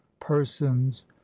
persons